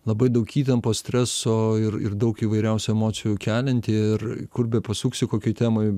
labai daug įtampos streso ir ir daug įvairiausių emocijų kelianti ir kur bepasuksi kokioj temoj